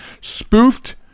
spoofed